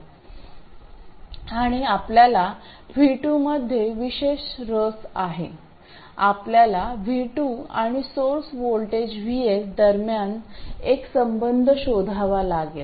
आणि आपल्याला V2 मध्ये विशेषतः रस आहे आपल्याला V2 आणि सोर्स व्होल्टेज VS दरम्यान एक संबंध शोधावा लागेल